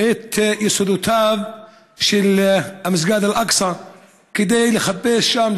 את יסודותיו של מסגד אל-אקצא כדי לחפש שם,